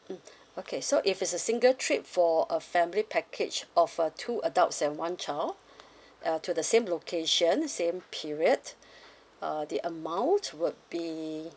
mm okay so if it's a single trip for a family package of a two adults and one child uh to the same location same period uh the amount would be